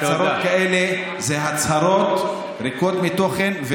והצהרות כאלה הן הצהרות ריקות מתוכן.